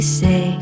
say